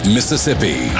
Mississippi